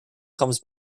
comes